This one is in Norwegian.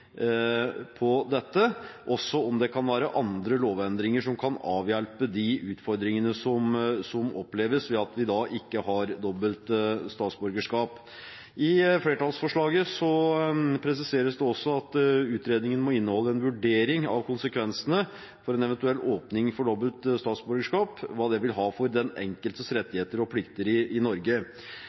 dette, og også om det kan være andre lovendringer som kan avhjelpe de utfordringene som oppleves ved at vi ikke har dobbelt statsborgerskap. I flertallsforslaget til vedtak I presiseres det også at utredningen må inneholde en vurdering av konsekvensene for en eventuell åpning for dobbelt statsborgerskap, og av hva det vil ha å si for den enkeltes rettigheter og plikter i Norge.